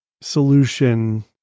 solution